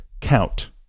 count